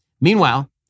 Meanwhile